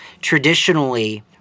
Traditionally